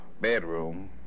bedroom